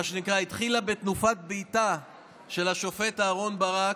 מה שנקרא התחילה בתנופת בעיטה של השופט אהרן ברק,